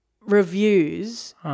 reviews